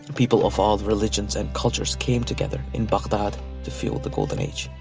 people of all religions and cultures came together in baghdad to fuel the golden age.